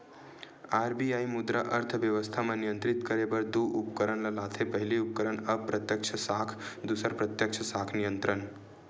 RBI मुद्रा अर्थबेवस्था म नियंत्रित करे बर दू उपकरन ल लाथे पहिली उपकरन अप्रत्यक्छ साख दूसर प्रत्यक्छ साख नियंत्रन